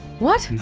what?